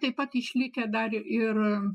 taip pat išlikę dar ir